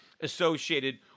associated